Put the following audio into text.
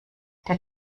der